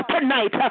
tonight